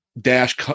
dash